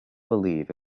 believe